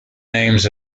names